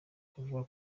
kuvuga